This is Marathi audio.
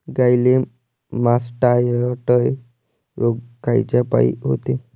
गाईले मासटायटय रोग कायच्यापाई होते?